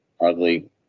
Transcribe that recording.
ugly